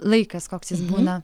laikas koks jis būna